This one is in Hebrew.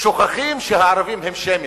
שוכחים שהערבים הם שמים